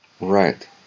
Right